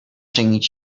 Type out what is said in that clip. czynić